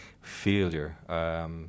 failure